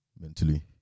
mentally